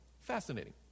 Fascinating